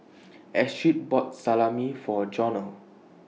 Astrid bought Salami For Jonell